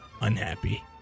Unhappy